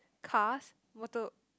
cars motor